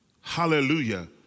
Hallelujah